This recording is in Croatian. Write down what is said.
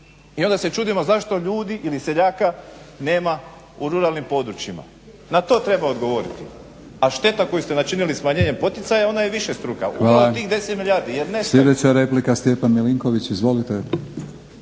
i onda se čudimo zašto ljudi ili seljaka nema u ruralnim područjima. Na to treba odgovoriti, a šteta koju ste načinili smanjenjem poticaja ona je višestruka, oko tih 10 milijardi.